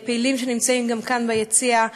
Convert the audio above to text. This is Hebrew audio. פעילים שנמצאים גם כאן ביציע.